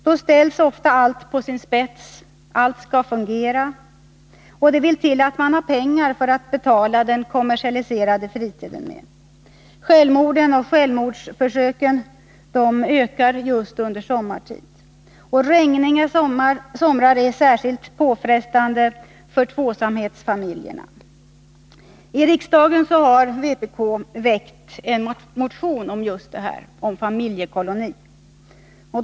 Då ställs ofta allt på sin spets, allt skall fungera, och det vill till att man har pengar att betala den kommersiella fritiden med. Självmorden och självmordsförsöken ökar just under sommaren. Och regniga somrar är särskilt påfrestande för tvåsamhetsfamiljerna. I riksdagen har vpk väckt en motion om just familjekolonier.